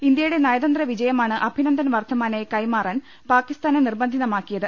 ഇന്ത്യയുടെ നയതന്ത്ര വിജയമാണ് അഭിനന്ദൻ വർദ്ധമാനെ കൈമാറാൻ പാക്കിസ്ഥാനെ നിർബന്ധിതമാക്കിയത്